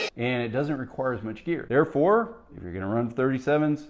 and it doesn't require as much gear. therefore, if you're going to run thirty seven s,